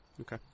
Okay